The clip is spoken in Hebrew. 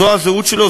זו הזהות שלו,